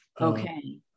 Okay